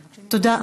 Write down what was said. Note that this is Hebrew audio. תודה,